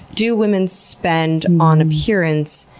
do women spend on appearance,